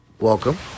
Welcome